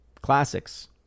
classics